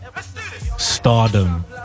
Stardom